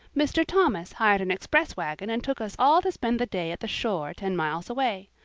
mr. thomas hired an express wagon and took us all to spend the day at the shore ten miles away.